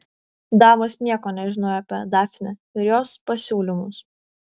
damos nieko nežinojo apie dafnę ir jos pasiūlymus